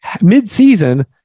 mid-season